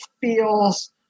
feels